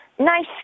nice